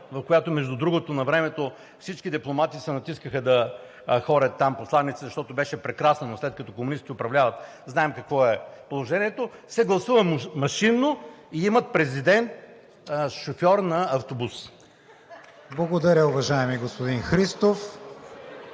в която, между другото, навремето всички дипломати се натискаха да ходят там посланици, защото беше прекрасно, но след като комунистите управляват – знаем какво е положението, се гласува машинно и имат президент – шофьор на автобус. (Ръкопляскания от